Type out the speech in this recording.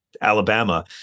Alabama